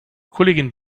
kollegin